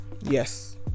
yes